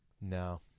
No